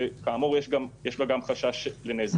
וכאמור יש בה גם חשש לנזק.